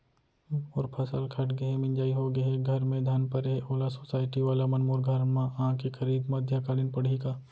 मोर फसल कट गे हे, मिंजाई हो गे हे, घर में धान परे हे, ओला सुसायटी वाला मन मोर घर म आके खरीद मध्यकालीन पड़ही का?